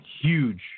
huge